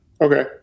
Okay